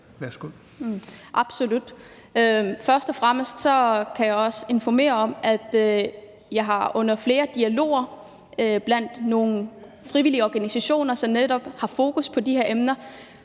positiv. Først og fremmest kan jeg også informere om, at jeg under flere dialoger med frivillige organisationer, som netop har fokus på de her emner,